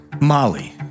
Molly